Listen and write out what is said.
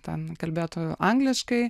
ten kalbėtų angliškai